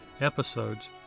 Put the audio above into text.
episodes